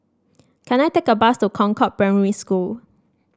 can I take a bus to Concord Primary School